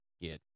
get